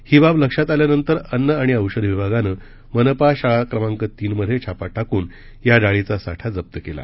ही बाब लक्षात आल्यानंतर अन्न आणि औषध विभागानं मनपा शाळा नंबर तीन मध्ये छापा टाकून या डाळीचा साठा जप्त केला